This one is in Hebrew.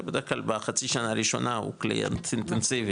זה בדרך כלל בחצי שנה הראשונה הוא קליינט אינטנסיבי,